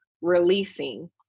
releasing